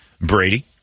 Brady